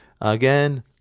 Again